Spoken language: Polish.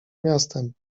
miastem